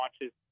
Watches